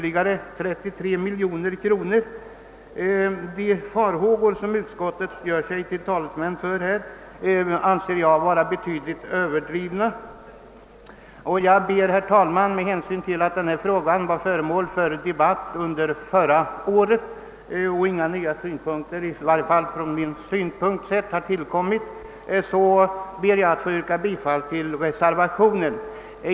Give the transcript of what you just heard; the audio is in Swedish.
De farhågor som utskottets talesmän gör sig till tolk Åtgärder för att åstadkomma bärkraftiga och effektiva familjejordbruk för anser jag vara betydligt överdrivna, varför jag, med hänsyn till att denna fråga var föremål för debatt under förra året och med hänsyn till att inga nya aspekter på den har tillkommit — i varje fall inte från min synpunkt sett — ber att få yrka bifall till reservationen.